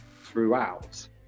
throughout